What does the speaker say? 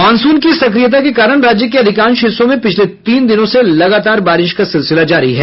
monsoon की सक्रियता के कारण राज्य के अधिकांश हिस्सों में पिछले तीन दिनों से लगातार बारिश का सिलसिला जारी है